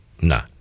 No